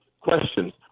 questions